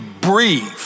breathe